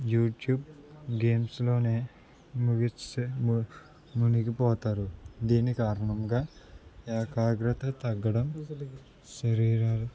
YouTube గేమ్స్లోముగిస్తే ము మునిగిపోతారు దీని కారణంగా ఏకాగ్రత తగ్గడం శరీరాలు